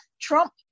Trump